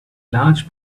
large